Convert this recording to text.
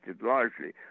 largely